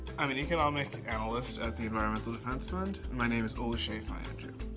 i'm an economic analyst at the environment defense fund. my name is oluseyi fayanju.